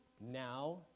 now